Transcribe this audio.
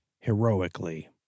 heroically